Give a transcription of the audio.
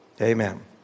amen